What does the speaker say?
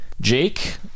Jake